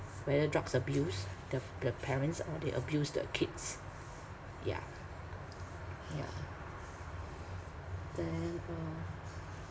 whether drugs abuse the the parents or they abuse the kids yeah yeah then